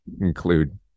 include